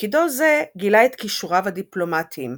בתפקידו זה גילה את כישוריו הדיפלומטיים,